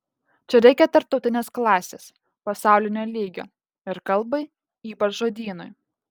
čia reikia tarptautinės klasės pasaulinio lygio ir kalbai ypač žodynui